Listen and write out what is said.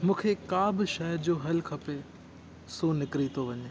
मूंखे का बि शइ जो हलु खपे सो निकिरी थो वञे